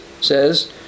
says